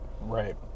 Right